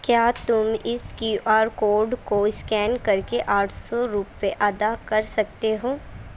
کیا تم اس کیو آر کوڈ کو اسکین کر کے آٹھ سو روپئے ادا کر سکتے ہو